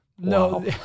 No